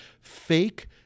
fake